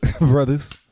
brothers